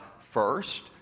first